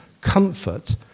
comfort